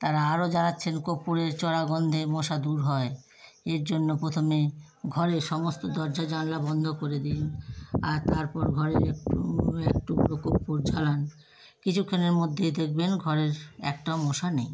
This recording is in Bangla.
তারা আরো জানাচ্ছেন কর্পূরের চড়া গন্ধে মশা দূর হয় এর জন্য প্রথমে ঘরে সমস্ত দরজা জানলা বন্ধ করে দিন আর তারপর ঘরের একটু এক টুকরো কর্পূর ছড়ান কিছুক্ষণের মধ্যেই দেখবেন ঘরের একটাও মশা নেই